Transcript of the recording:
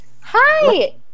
Hi